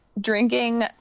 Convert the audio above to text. drinking